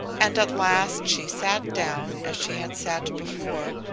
and at last she sat down as she had sat before,